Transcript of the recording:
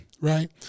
Right